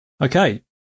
Okay